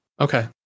Okay